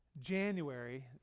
January